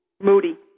Moody